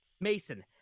Mason